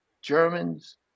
Germans